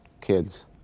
kids